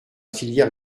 filière